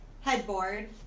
headboard